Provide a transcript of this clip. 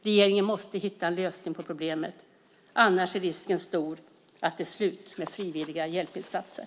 Regeringen måste hitta en lösning på problemet, annars är risken stor att det är slut med frivilliga hjälpinsatser.